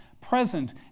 present